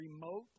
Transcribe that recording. remote